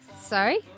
Sorry